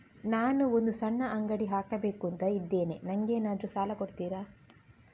ನಾನು ಒಂದು ಸಣ್ಣ ಅಂಗಡಿ ಹಾಕಬೇಕುಂತ ಇದ್ದೇನೆ ನಂಗೇನಾದ್ರು ಸಾಲ ಕೊಡ್ತೀರಾ?